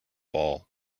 ball